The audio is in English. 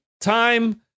time